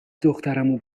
دخترمو